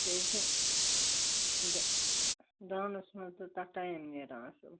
بیٚیہِ چھِ دانَس منٛز تہٕ تَتھ ٹایم نیران اصٕل